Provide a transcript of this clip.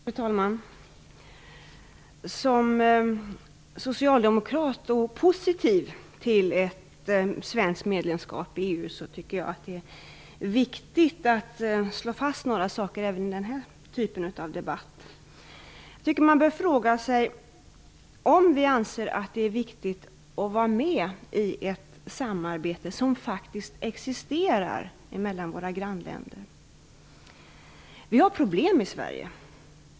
Fru talman! Som socialdemokrat och positiv till ett svenskt medlemskap i EU tycker jag att det är viktigt att slå fast några saker även i den här typen av debatt. Jag tycker att man bör fråga sig om vi anser att det är viktigt att vara med i ett samarbete som faktiskt existerar mellan våra grannländer. Vi har problem i Sverige.